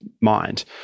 mind